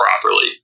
properly